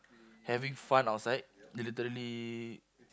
having fun outside they literally